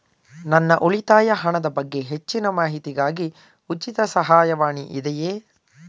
ನನ್ನ ಉಳಿತಾಯ ಹಣದ ಬಗ್ಗೆ ಹೆಚ್ಚಿನ ಮಾಹಿತಿಗಾಗಿ ಉಚಿತ ಸಹಾಯವಾಣಿ ಇದೆಯೇ?